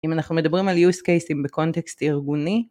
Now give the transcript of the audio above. אם אנחנו מדברים על use cases בקונטקסט ארגוני